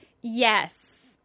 Yes